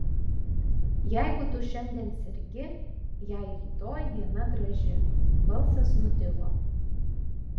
jeigu tu šiandien sergi jei rytoj diena graži balsas nutilo